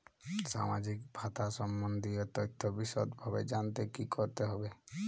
সামাজিক ভাতা সম্বন্ধীয় তথ্য বিষদভাবে জানতে কী করতে হবে?